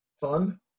Fun